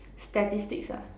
statistics ah